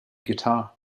guitar